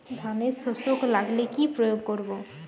ধানের শোষক লাগলে কি প্রয়োগ করব?